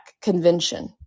convention